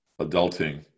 Adulting